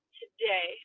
today